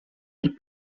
est